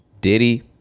Diddy